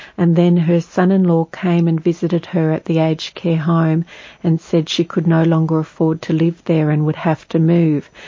and then her son-in-law came and visited her at the aged care home and said she could no longer afford to live there and would have to move.